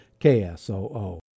KSOO